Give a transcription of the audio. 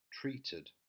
treated